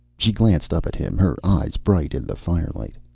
she glanced up at him, her eyes bright in the fire light.